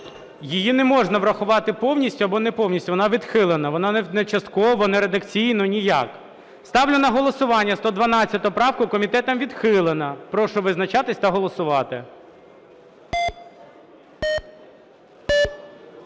Її не можна врахувати повністю або не повністю, вона відхилена, вона не частково, не редакційно, ніяк. Ставлю на голосування 112 правку. Комітетом відхилена. Прошу визначатись та голосувати.